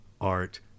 art